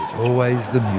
always the